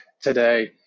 today